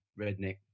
redneck